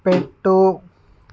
పెట్టుము